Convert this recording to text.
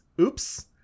oops